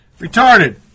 Retarded